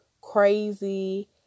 crazy